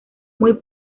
muy